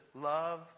love